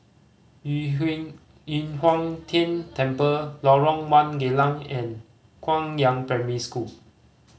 Yu Yu Huang Tian Temple Lorong One Geylang and Guangyang Primary School